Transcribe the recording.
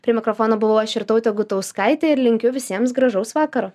prie mikrofono buvau aš irtautė gutauskaitė ir linkiu visiems gražaus vakaro